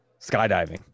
skydiving